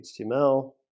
HTML